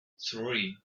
three